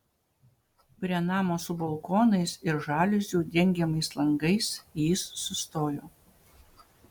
prie namo su balkonais ir žaliuzių dengiamais langais jis sustojo